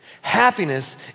Happiness